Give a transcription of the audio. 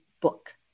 book